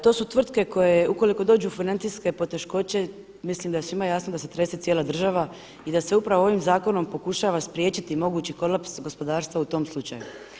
To su tvrtke koje ukoliko dođu u financijske poteškoće mislim da je svim jasno da se trese cijela država i da se upravo ovim zakonom pokušava spriječiti mogući kolaps gospodarstva u tom slučaju.